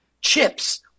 chips